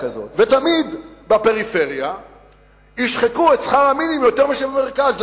ותמיד בפריפריה ישחקו את שכר המינימום יותר מאשר במרכז.